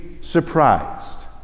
surprised